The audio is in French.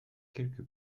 quelque